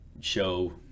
show